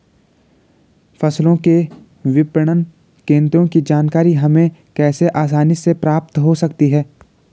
फसलों के विपणन केंद्रों की जानकारी हमें कैसे आसानी से प्राप्त हो सकती?